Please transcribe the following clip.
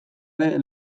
ere